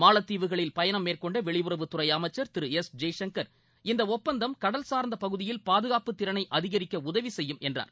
மாலத்தீவுகளில் பயணம் மேற்கொண்ட வெளியுறவுத்துறை அமைச்சர் திரு எஸ் ஜெய்சங்கர் இந்த ஒப்பந்தம் கடல்சார்ந்த பகுதியில் பாதுகாப்புத் திறனை அதிகரிக்க உதவி செய்யும் என்றார்